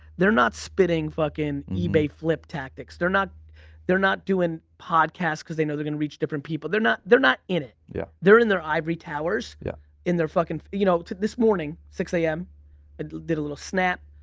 they're not spitting fucking ebay flip tactics, they're not they're not doing podcast because they know they're gonna reach different people. they're not they're not in it. yeah they're in their ivory towers yeah in their fucking, you know, this morning six zero a m and did a little snap.